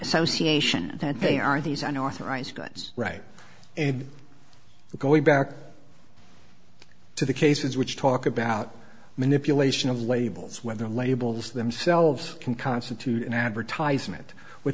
association that they are these unauthorized goods right and going back to the cases which talk about manipulation of labels whether labels themselves can constitute an advertisement we're